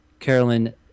Carolyn